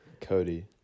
Cody